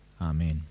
Amen